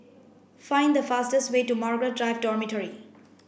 find the fastest way to Margaret Drive Dormitory